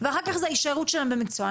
ואחר כך זה ההישארות שלהם במקצוע.